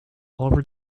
over